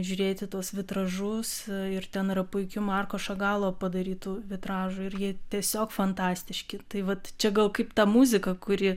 žiūrėti tuos vitražus ir ten yra puikių marko šagalo padarytų vitražų ir jie tiesiog fantastiški tai vat čia gal kaip ta muzika kuri